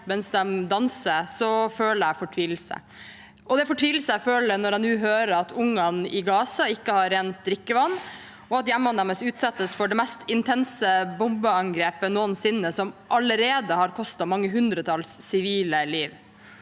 mens de danser, føler jeg fortvilelse. Og det er fortvilelse jeg føler når jeg nå hører at ungene i Gaza ikke har rent drikkevann, og at hjemmene deres utsettes for det mest intense bombeangrepet noensinne, som allerede har kostet mange hundretalls sivile liv.